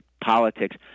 politics